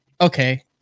okay